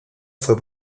fue